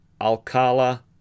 Alcala